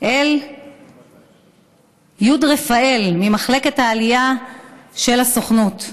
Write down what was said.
אל י' רפאל ממחלקת העלייה של הסוכנות,